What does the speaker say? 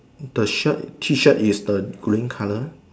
the shirt T shirt is the green colour